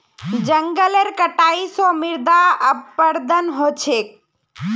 जंगलेर कटाई स मृदा अपरदन ह छेक